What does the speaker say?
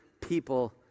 people